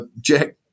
Jack